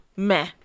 Meh